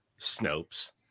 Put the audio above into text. Snopes